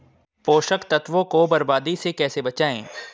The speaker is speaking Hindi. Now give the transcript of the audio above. पोषक तत्वों को बर्बादी से कैसे बचाएं?